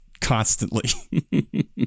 constantly